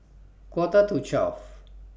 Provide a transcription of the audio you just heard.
Quarter to twelve